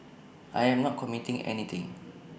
I am not committing anything